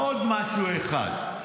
ועוד משהו אחד.